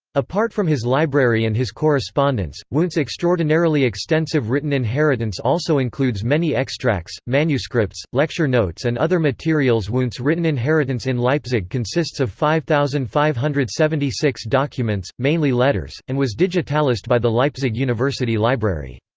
apart from his library and his correspondence, wundt's extraordinarily extensive written inheritance also includes many extracts, manuscripts, lecture notes and other materials wundt's written inheritance in leipzig consists of five thousand five hundred and seventy six documents, mainly letters, and was digitalised by the leipzig university library.